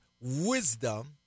wisdom